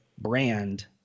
brand